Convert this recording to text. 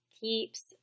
keeps